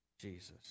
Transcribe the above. Jesus